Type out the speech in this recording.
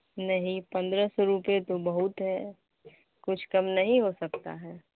نہیں پندرہ سو روپیہ تو بہت ہے کچھ کم نہیں ہو سکتا ہے